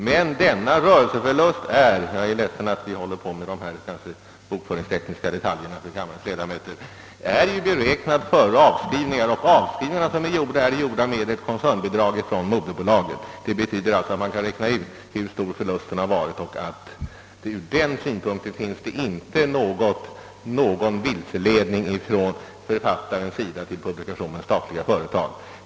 Men denna rörelseförlust — jag är ledsen att behöva trötta kammarens ledamöter med dessa bokföringstekniska detaljer — är beräknad före avskrivningar, och de avskrivningar som verkställts är gjorda med ett koncernbidrag från moderbolaget. Det betyder alltså att man kan räkna ut hur stor förlusten har varit och att det ur den synpunkten inte är fråga om att författaren i publikationen Statliga företag lämnat några vilseledande uppgifter.